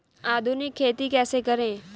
आधुनिक खेती कैसे करें?